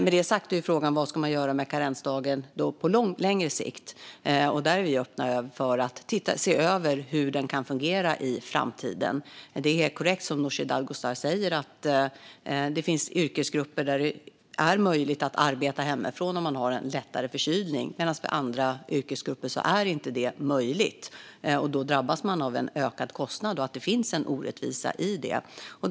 Med det sagt är frågan vad man ska göra med karensdagen på längre sikt. Vi är öppna för att se över hur den kan fungera i framtiden. Det är helt korrekt som Nooshi Dadgostar säger att det finns yrkesgrupper där det är möjligt att arbeta hemifrån om man har en lättare förkylning medan det för andra yrkesgrupper inte är möjligt. Dessa drabbas då av en ökad kostnad, och det finns en orättvisa i detta.